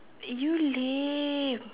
you lame